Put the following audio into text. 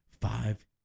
Five